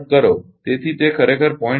તેથી તે ખરેખર 0